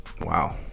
Wow